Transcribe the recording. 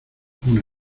una